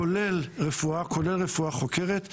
כולל רפואה, כולל רפואה חוקרת,